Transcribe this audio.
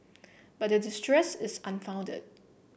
but their distress is unfounded